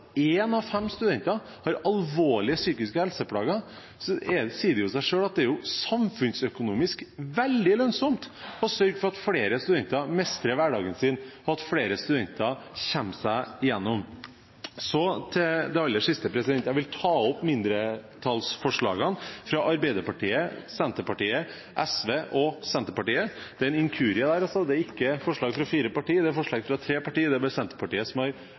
én av fem studenter har alvorlige psykiske helseplager, sier det seg selv at det er samfunnsøkonomisk veldig lønnsomt å sørge for at flere studenter mestrer hverdagen sin, og at flere studenter kommer seg gjennom. Så til det aller siste: Jeg vil ta opp mindretallsforslagene fra Arbeiderpartiet, Senterpartiet, SV og Senterpartiet. Det er en inkurie der. Det er altså ikke forslag fra fire partier, det er forslag fra tre partier – det er bare Senterpartiet som har